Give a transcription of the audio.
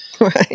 Right